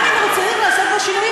גם אם רוצים לעשות פה שינויים,